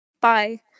Bye